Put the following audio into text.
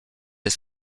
ist